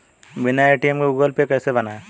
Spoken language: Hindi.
बिना ए.टी.एम के गूगल पे कैसे बनायें?